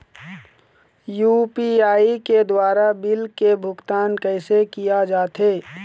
UPI के द्वारा bill के भुगतान कैसे किया जाथे?